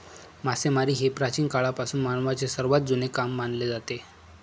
मासेमारी हे प्राचीन काळापासून मानवाचे सर्वात जुने काम मानले जाते